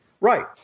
Right